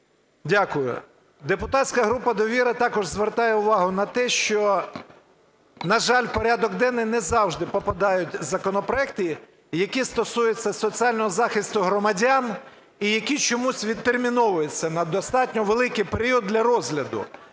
Дякую. Депутатська група "Довіра" також звертає увагу на те, що, на жаль, в порядок денний не завжди попадають законопроекти, які стосуються соціального захисту громадян і які чомусь відтерміновуються на достатньо великий період для розгляду,